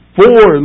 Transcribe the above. four